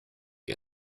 you